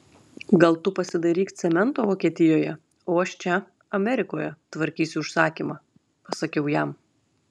gal tu pasidairyk cemento vokietijoje o aš čia amerikoje tvarkysiu užsakymą pasakiau jam